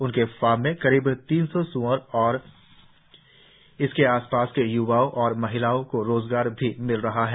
उनके फार्म में करीब तीन सौ स्अर है और इससे आस पास के य्वाओं और महिलाओं को रोजगार भी मिल रहा है